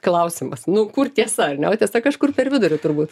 klausimas nu kur tiesa ar ne o tiesa kažkur per vidurį turbūt